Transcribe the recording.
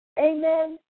amen